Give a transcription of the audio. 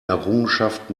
errungenschaft